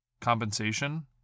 compensation